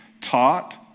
taught